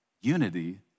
Unity